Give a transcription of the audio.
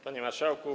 Panie Marszałku!